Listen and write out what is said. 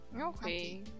Okay